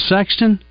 Sexton